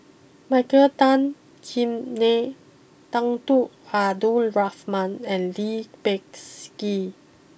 Michael Tan Kim Nei Tunku Abdul Rahman and Lee Peh Gee